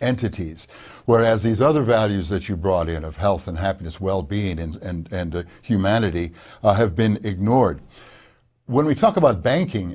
entities whereas these other values that you brought in of health and happiness well being and humanity have been ignored when we talk about banking